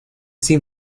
sin